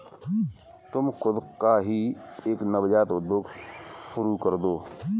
तुम खुद का ही एक नवजात उद्योग शुरू करदो